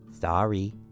Sorry